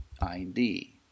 ID